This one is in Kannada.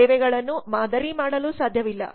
ಸೇವೆಗಳನ್ನು ಮಾದರಿ ಮಾಡಲು ಸಾಧ್ಯವಿಲ್ಲ